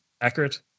Accurate